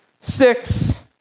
Six